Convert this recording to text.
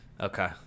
Okay